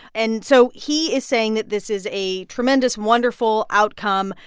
and so he is saying that this is a tremendous, wonderful outcome,